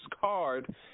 card